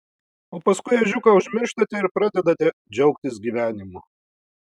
o paskui ežiuką užmirštate ir pradedate džiaugtis gyvenimu